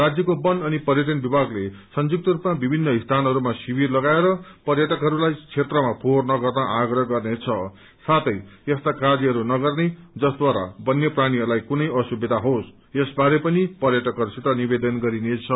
राज्यको वन अनि पर्यटन विभागले संयुक्त रूपमा विभिन्न स्थानहरूमा शिविर लगाएर पर्यटकहस्लाई क्षेत्रमा फोहोर नगर्ने आग्रह गर्नेछ साथै यस्ता कार्यहरू नगर्ने जसद्वारा वन्यप्राणीहरूलई असुविधा नहोस यस बारे पनि पर्यटकहरूसित निवेदन गरिनेछ